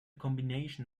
combination